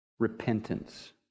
Repentance